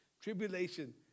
tribulation